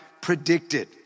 predicted